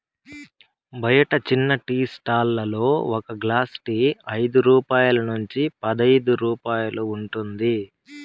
బయట చిన్న tea stall లలో ఒక గ్లాస్ టీ ఐదు రూపాయల నుంచి పదైదు రూపాయలు ఉంటుంది